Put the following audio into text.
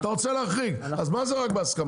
אז מה זה רק בהסכמה?